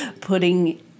putting